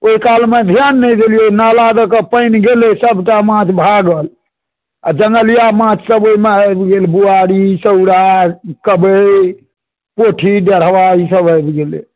ओहि कालमे ध्यान नहि देलियै नाला दऽ कऽ पानि गेलै सभटा माछ भागल आ जङ्गलिया माछसभ ओहिमे आबि गेल बुआरी सौरा कबइ पोठी डेढ़बा ईसभ आबि गेलै